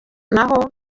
naho